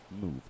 move